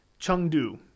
Chengdu